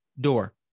door